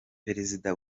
perezida